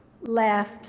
left